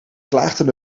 klaagden